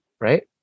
Right